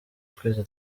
twese